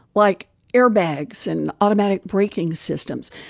like airbags and automatic braking systems.